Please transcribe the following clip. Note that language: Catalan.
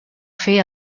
fer